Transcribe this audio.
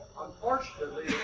Unfortunately